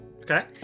Okay